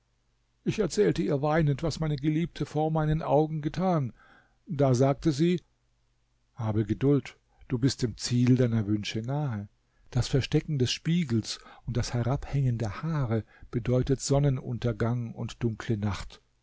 ich erzählte ihr weinend was meine geliebte vor meinen augen getan da sagte sie habe geduld du bist dem ziel deiner wünsche nahe das verstecken des spiegels und das herabhängen der haare bedeutet sonnenuntergang und dunkle nacht